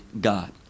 God